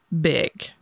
big